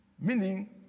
Meaning